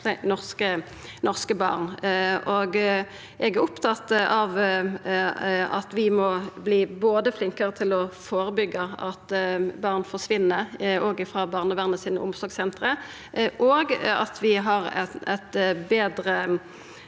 norske barn. Eg er opptatt av både at vi må verta flinkare til å førebyggja at barn forsvinn frå barnevernet sine omsorgssenter, og at vi har betre